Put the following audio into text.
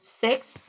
six